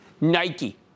Nike